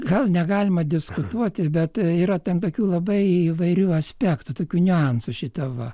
gal negalima diskutuoti bet yra ten tokių labai įvairių aspektų tokių niuansų šita va